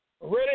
Ready